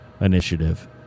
Initiative